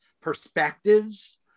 perspectives